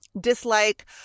Dislike